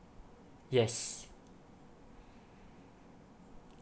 yes